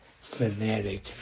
Fanatic